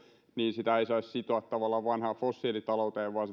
sitä ei saisi sitoa tavallaan vanhaan fossiilitalouteen vaan